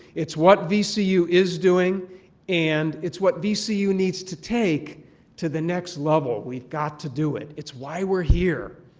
it's what vcu is doing and it's what vcu needs to take to the next level. we've got to do it. it's why we're here.